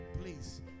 please